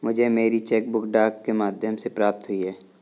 मुझे मेरी cheque book डाक के माध्यम से प्राप्त हुई है